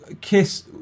Kiss